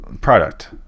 product